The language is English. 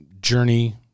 journey